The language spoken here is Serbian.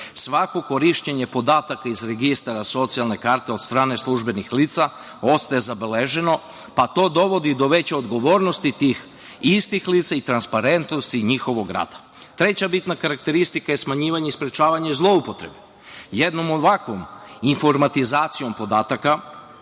korišćenje podataka iz Registra socijalne karte od strane službenih lica ostaje zabeleženo, pa to dovodi do veće odgovornosti tih istih lica i transparentnosti njihovog rada. Treća bitna karakteristika je smanjivanje i sprečavanje zloupotrebe. Jednom ovakvom informatizacijom podataka